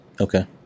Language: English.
Okay